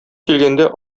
килгәндә